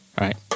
right